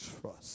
trust